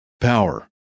power